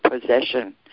possession